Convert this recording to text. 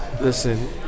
Listen